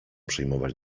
przyjmować